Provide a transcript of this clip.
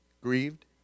grieved